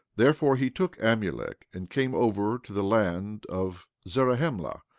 therefore he took amulek and came over to the land of zarahemla,